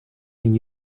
mean